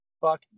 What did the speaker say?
Fuck